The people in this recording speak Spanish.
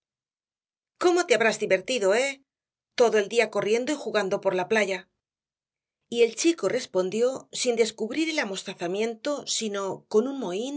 cómo te habrás divertido eh todo el día corriendo y jugando por la playa y el chico respondió sin descubrir el amostazamiento sino con un mohín